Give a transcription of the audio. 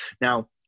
Now